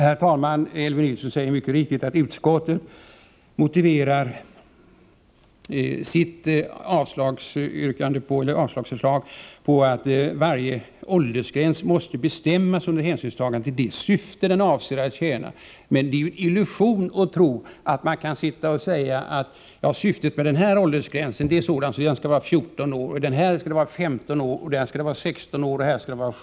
Herr talman! Elvy Nilsson säger mycket riktigt att utskottet motiverar sitt avstyrkande med att varje åldersgräns måste bestämmas under hänsynstagande till det syfte den avser att tjäna. Men det är en illusion att tro att man kan säga att syftet med en viss åldersgräns är sådant att den skall vara just 14 år, medan den i ett annat fall skall vara 15 år, osv.